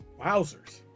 wowzers